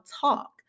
talk